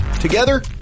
Together